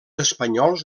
espanyols